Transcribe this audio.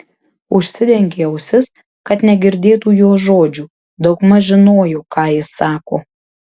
užsidengė ausis kad negirdėtų jos žodžių daugmaž žinojo ką ji sako